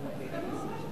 עצמאית, אמרת?